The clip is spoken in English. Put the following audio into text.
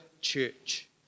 church